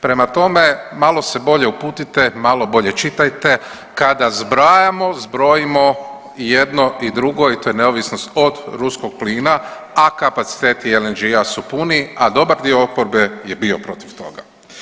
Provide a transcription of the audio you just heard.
Prema tome, malo se bolje uputite, malo bolje čitajte, kada zbrajamo zbrojimo jedno i drugo i to je neovisnost od ruskog plina, a kapaciteti LNG-a su puni, a dobar dio oporbe je bio protiv toga.